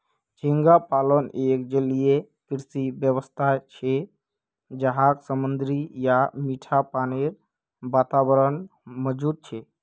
झींगा पालन एक जलीय कृषि व्यवसाय छे जहाक समुद्री या मीठा पानीर वातावरणत मौजूद छे